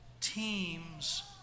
Teams